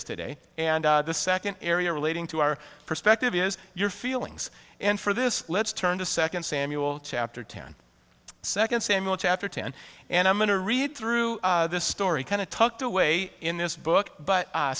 today and the second area relating to our perspective is your feelings and for this let's turn to second samuel chapter ten second samuel chapter ten and i'm going to read through this story kind of tucked away in this book but